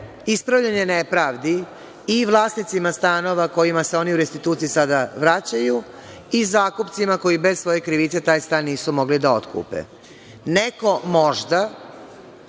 ispravljanje nepravdi i vlasnicima stanova kojima se oni u restituciji sada vraćaju i zakupcima koji bez svoje krivice taj stan nisu mogli da otkupe. Neko možda